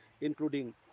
including